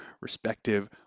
respective